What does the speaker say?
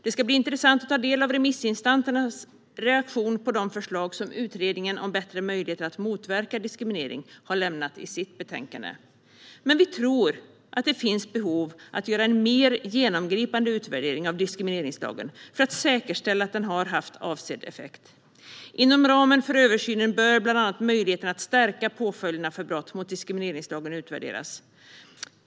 Det ska bli intressant att ta del av remissinstansernas reaktion på de förslag som Utredningen om bättre möjligheter att motverka diskriminering har lämnat i sitt betänkande. Men vi tror att det finns behov av att göra en mer genomgripande utvärdering av diskrimineringslagen för att säkerställa att den har haft avsedd effekt. Inom ramen för översynen bör bland annat möjligheten att stärka påföljderna för brott mot diskrimineringslagen utvärderas.